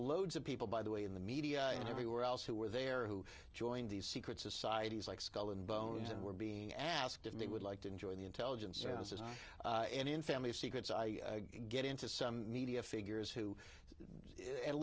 loads of people by the way in the media and everywhere else who were there who joined these secret societies like skull and bones and were being asked if they would like to enjoy the intelligence services and in family secrets i get into some media figures who at